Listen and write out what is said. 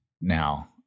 Now